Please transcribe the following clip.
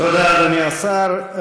תודה, אדוני השר.